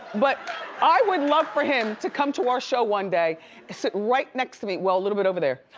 but i would love for him to come to our show one day and sit right next to me, well, a little bit over there.